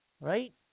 Right